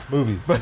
Movies